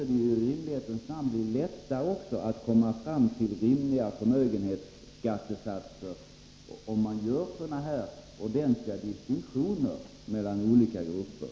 Det måste bli lättare att komma fram till rimliga förmögenhetsskattesatser, om man gör ordentliga distinktioner mellan olika grupper.